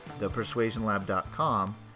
thepersuasionlab.com